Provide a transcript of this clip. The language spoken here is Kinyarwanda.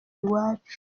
iwacu